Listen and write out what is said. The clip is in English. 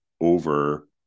over